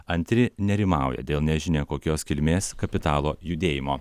antri nerimauja dėl nežinia kokios kilmės kapitalo judėjimo